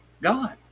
God